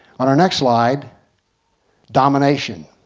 on our next slide domination.